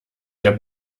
der